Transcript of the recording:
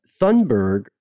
Thunberg